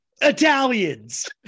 Italians